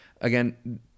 again